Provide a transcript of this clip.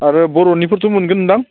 आरो बर'निफोरथ' मोनगोन दां